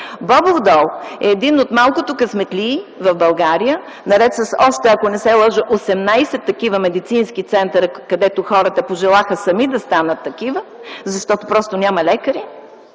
Бобов дол е един от малкото късметлии в България наред с още, ако не се лъжа, 18 такива медицински центъра, където хората пожелаха сами да станат такива, защото просто няма лекари.